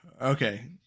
Okay